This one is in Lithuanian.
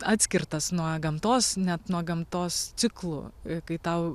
atskirtas nuo gamtos net nuo gamtos ciklų kai tau